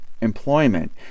employment